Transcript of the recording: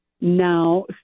now